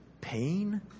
pain